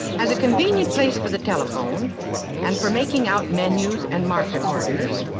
as a convenient place for the telephone and for making out menus and market orders.